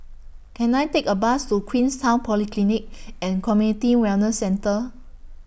Can I Take A Bus to Queenstown Polyclinic and Community Wellness Centre